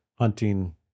Hunting